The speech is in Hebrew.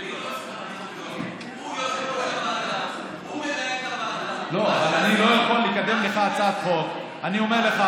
כזאת: הצעת החוק הזו עוברת בטרומית.